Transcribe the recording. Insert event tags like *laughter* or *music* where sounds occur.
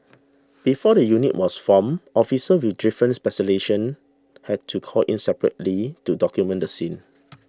before the unit was formed officers with different *unintelligible* had to called in separately to document the scene